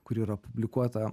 kuri yra publikuota